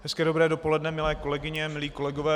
Hezké dobré dopoledne, milé kolegyně, milí kolegové.